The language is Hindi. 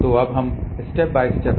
तो अब हम स्टेप बाय स्टेप चलते हैं